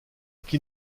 qui